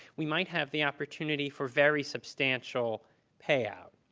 we might have the opportunity for very substantial payout.